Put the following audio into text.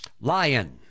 lion